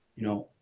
you know,